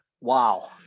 wow